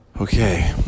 Okay